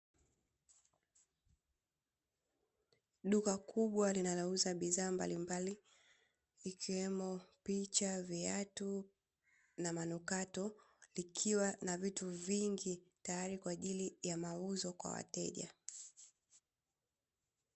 Duka kubwa linalouza bidhaa mbalimbali likiwemo picha, viatu na manukato likiwa na vitu vingi tayari kwa ajili ya mauzo kwa wateja.